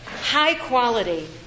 high-quality